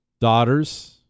daughters